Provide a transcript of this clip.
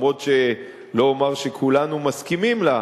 לא אומר שכולנו מסכימים לה,